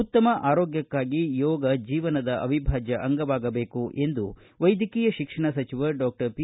ಉತ್ತಮ ಆರೋಗ್ಯಕಾಗಿ ಯೋಗ ಜೀವನದ ಅವಿಭಾಜ್ಯ ಅಂಗವಾಗಬೇಕು ಎಂದು ವೈದ್ಯಕೀಯ ಶಿಕ್ಷಣ ಸಚಿವ ಡಾಪಿ